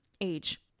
age